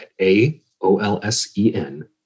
A-O-L-S-E-N